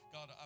God